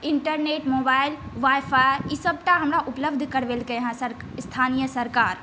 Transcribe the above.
internet mobile wifi ई सभटा हमरा करवेलकै हँ स्थानीय सरकार